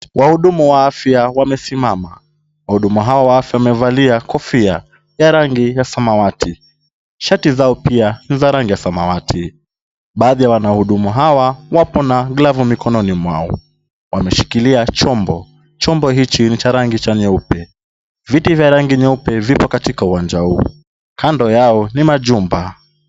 Wahudumu wa afya wamesimama. Wahudumu hawa wa afya wamevalia kofia ya rangi ya samawati. Shati zao pia ni za rangi ya samawati. Baadhi ya wanahudumu hawa wapo na glavu mikononi mwao. Wameshikilia chombo, chombo hiki ni cha rangi cha nyeupe. Viti vya rangi nyeupe vipo katika uwanja huu. Kando yao ni majumba.